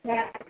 बड़ा